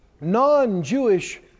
non-Jewish